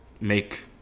make